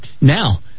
Now